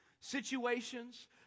situations